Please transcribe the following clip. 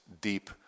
deep